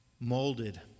molded